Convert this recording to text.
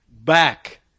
back